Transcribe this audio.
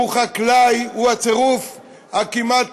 הוא חקלאי, הוא הצירוף הכמעט